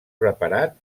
reparat